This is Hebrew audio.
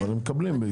מקבלים.